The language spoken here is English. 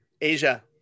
Asia